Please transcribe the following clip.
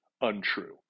untrue